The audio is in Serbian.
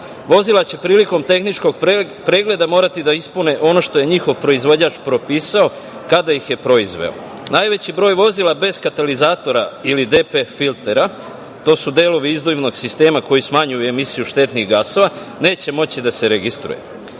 Vozila će prilikom tehničkog pregleda morati da ispune ono što je njihov proizvođač propisao kada ih je proizveo. Najveći broj vozila bez katalizatora ili DPF filtera, to su delovi izduvnog sistema koji smanjuju emisiju štetnih gasova, neće moći da se registruju. Prosečna